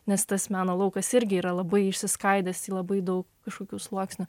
nes tas meno laukas irgi yra labai išsiskaidęs į labai daug kažkokių sluoksnių